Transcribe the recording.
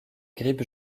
grippe